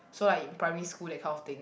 so like in primary school that kind of thing